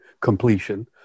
completion